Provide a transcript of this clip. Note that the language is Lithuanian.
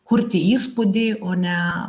kurti įspūdį o ne